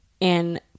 and-